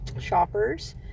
shoppers